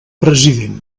president